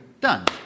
Done